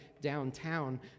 downtown